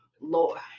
Lord